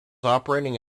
operating